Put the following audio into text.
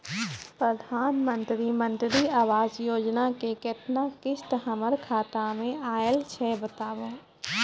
प्रधानमंत्री मंत्री आवास योजना के केतना किस्त हमर खाता मे आयल छै बताबू?